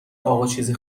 آقاچیزی